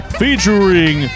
featuring